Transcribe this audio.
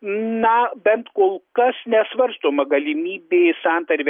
na bent kol kas nesvarstoma galimybė santarvę